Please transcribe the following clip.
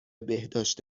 بهداشت